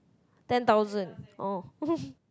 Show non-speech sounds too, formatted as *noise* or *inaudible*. ten thousand orh *laughs*